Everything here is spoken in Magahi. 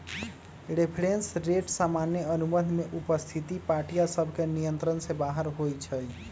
रेफरेंस रेट सामान्य अनुबंध में उपस्थित पार्टिय सभके नियंत्रण से बाहर होइ छइ